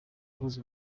house